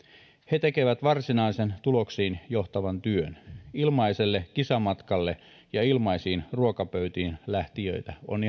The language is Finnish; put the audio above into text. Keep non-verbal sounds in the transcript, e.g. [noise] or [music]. he tekevät varsinaisen tuloksiin johtavan työn ilmaiselle kisamatkalle ja ilmaisiin ruokapöytiin lähtijöitä on [unintelligible]